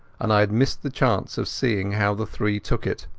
and i had missed the chance of seeing how the three took it.